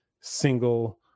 single